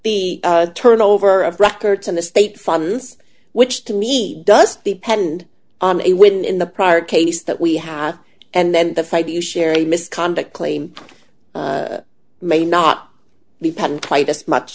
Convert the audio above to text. the turnover of records and the state funds which to me does the pend a win in the prior case that we have and then the five you share a misconduct claim may not be pan quite as much